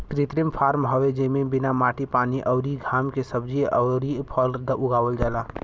कृत्रिम फॉर्म हवे जेमे बिना माटी पानी अउरी घाम के सब्जी अउर फल उगावल जाला